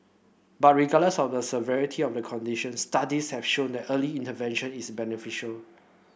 but regardless of the severity of the condition studies have shown that early intervention is beneficial